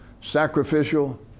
sacrificial